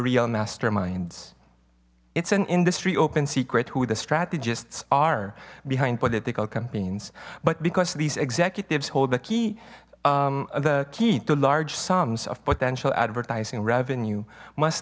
real masterminds it's an industry open secret who the strategists are behind political campaigns but because these executives hold the key the key to large sums of potential advertising revenue must